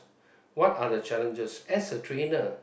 what are the challenges as a trainer